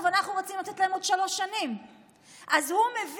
אגב, אנחנו רצינו לתת להם עוד שלוש שנים.